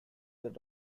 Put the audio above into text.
their